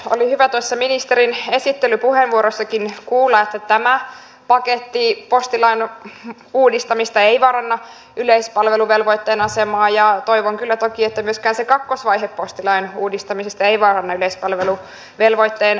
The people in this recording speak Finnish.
oli hyvä tuossa ministerin esittelypuheenvuorossakin kuulla että tämä paketti postilain uudistamisesta ei vaaranna yleispalveluvelvoitteen asemaa ja toivon kyllä toki että myöskään se kakkosvaihe postilain uudistamisesta ei vaaranna yleispalveluvelvoitteen asemaa